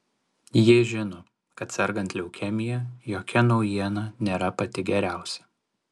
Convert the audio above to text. ji žino kad sergant leukemija jokia naujiena nėra pati geriausia